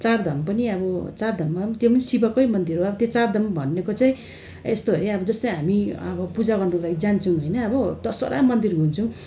चारधाम पनि अब चारधाममा त्यो पनि शिवकै मन्दिर हो अब त्यो चारधाम भनेको चाहिँ यस्तो अरे जस्तै हामी अब पूजा गर्नुको लागि जान्छौँ होइन अब दसवटा मन्दिर घुम्छौँ